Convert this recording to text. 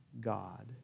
God